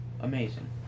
Amazing